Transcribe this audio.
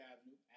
Avenue